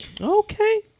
Okay